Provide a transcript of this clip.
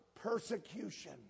persecution